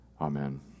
Amen